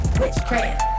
witchcraft